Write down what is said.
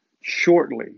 Shortly